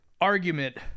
argument